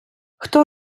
хто